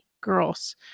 girls